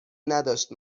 نداشت